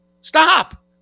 stop